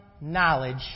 knowledge